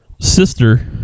sister